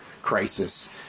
crisis